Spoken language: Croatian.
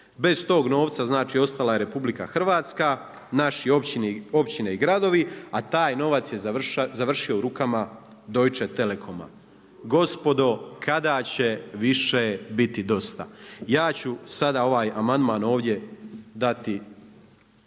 Bez tog novca, znači ostala je Republika Hrvatska, naše općine i gradovi, a taj novac je završio u rukama Deutsche telekoma. Gospodo kada će više biti dosta? Ja ću sada ovaj amandman ovdje dati,